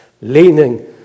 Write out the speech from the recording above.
leaning